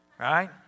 right